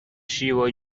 شیوا